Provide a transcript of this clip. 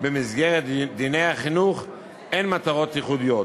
במסגרת דיני החינוך, אין מטרות ייחודיות